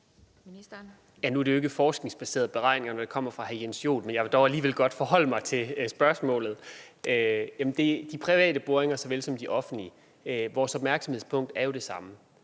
Nu er det jo ikke forskningsbaserede beregninger, når de kommer fra hr. Jens Joel, men jeg vil alligevel godt forholde mig til spørgsmålet. Det gælder for private såvel som offentlige boringer, at vores opmærksomhedspunkt er det samme.